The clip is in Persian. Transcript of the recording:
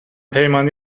پیمانی